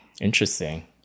Interesting